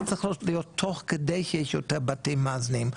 זה צריך להיות תוך כדי שיש יותר בתים מאזנים,